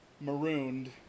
marooned